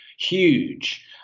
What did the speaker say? huge